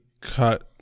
cut